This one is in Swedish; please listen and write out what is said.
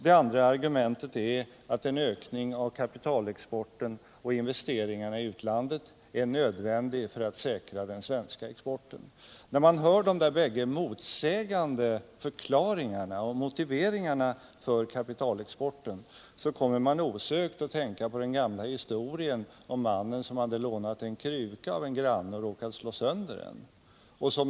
Det andra argumentet är att en ökning av kapitalexporten och investeringarna i utlandet är nödvändiga för att säkra den svenska exporten. När man hör dessa bägge motsägande motiveringar för kapitalexporten kommer man osökt att tänka på den gamla historien om mannen som hade lånat en kruka av en granne och råkat slå sönder den.